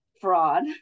fraud